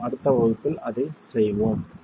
நாம் அடுத்த வகுப்பில் அதை செய்வோம்